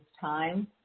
time